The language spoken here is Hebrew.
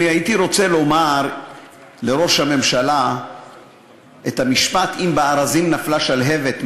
הייתי רוצה לומר לראש הממשלה את המשפט "אם בארזים נפלה שלהבת,